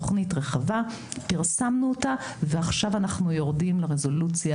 תוכנית רחבה ועכשיו אנחנו יורדים לרזולוציה